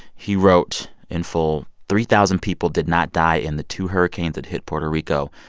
he wrote, in full, three thousand people did not die in the two hurricanes that hit puerto rico.